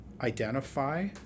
identify